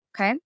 Okay